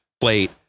plate